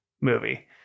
movie